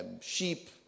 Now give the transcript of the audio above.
sheep